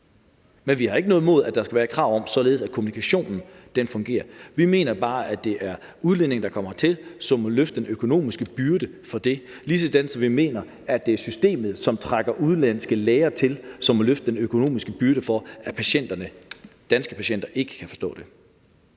Men vi har ikke noget imod, at der skal være krav, så kommunikationen fungerer. Vi mener bare, at det er udlændingen, der kommer hertil, som må løfte den økonomiske byrde for det, ligesådan som vi mener, at det er systemet, som trækker udenlandske læger til, som må løfte den økonomiske byrde for, at patienterne, de danske patienter kan forstå dem.